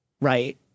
right